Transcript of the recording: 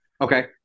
Okay